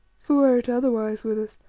for were it otherwise with us,